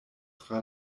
tra